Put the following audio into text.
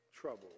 trouble